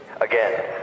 Again